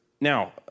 Now